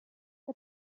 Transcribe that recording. que